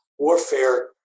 Warfare